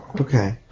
Okay